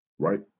Right